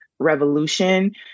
revolution